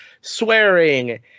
swearing